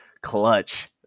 clutch